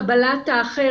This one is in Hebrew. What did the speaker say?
קבלת האחר,